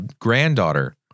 granddaughter